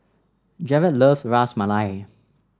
Jarod love Ras Malai